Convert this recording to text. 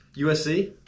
USC